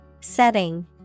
Setting